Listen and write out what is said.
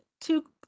two